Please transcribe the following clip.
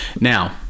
Now